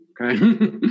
okay